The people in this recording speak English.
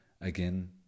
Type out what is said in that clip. again